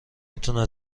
میتونه